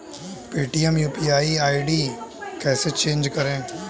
Paytm UPI ID कैसे change करें?